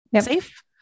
safe